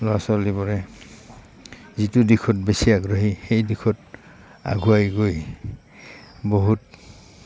ল'ৰা ছোৱালীবোৰে যিটো দিশত বেছি আগ্ৰহী সেই দিশত আগুৱাই গৈ বহুত